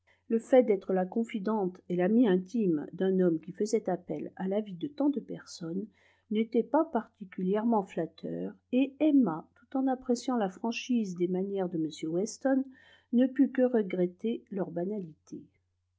le fait d'être la confidente et l'amie intime d'un homme qui faisait appel à l'avis de tant de personnes n'était pas particulièrement flatteur et emma tout en appréciant la franchise des manières de m weston ne put que regretter leur banalité